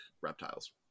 reptiles